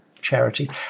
charity